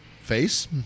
Face